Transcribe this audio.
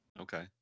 Okay